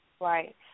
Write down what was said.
Right